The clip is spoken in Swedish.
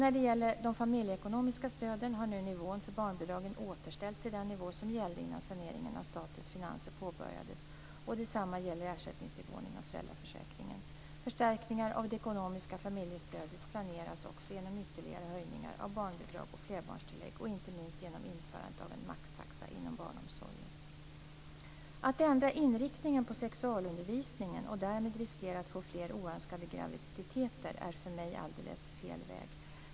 När det gäller de familjeekonomiska stöden har nu nivån för barnbidragen återställts till den nivå som gällde innan saneringen av statens finanser påbörjades. Detsamma gäller ersättningsnivån inom föräldraförsäkringen. Förstärkningar av det ekonomiska familjestödet planeras också genom ytterligare höjningar av barnbidrag och flerbarnstillägg och, inte minst, genom införandet av en maxtaxa inom barnomsorgen. Att ändra inriktningen på sexualundervisningen och därmed riskera att få fler oönskade graviditeter är för mig alldeles fel väg.